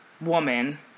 woman